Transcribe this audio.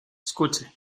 escuche